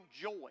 joy